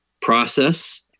process